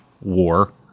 war